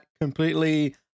completely